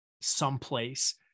someplace